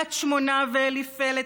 קריית שמונה ואליפלט,